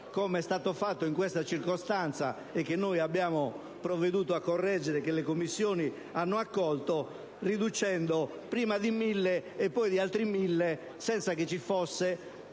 come è accaduto in questa circostanza e come noi abbiamo provveduto a correggere, e le Commissioni hanno accolto - riducendo prima di 1.000 e poi di 1.070 unità senza che ci sia